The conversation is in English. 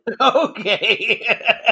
Okay